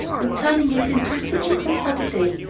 and turning it into a sitting-room for the day,